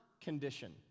condition